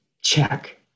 check